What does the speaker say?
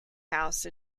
house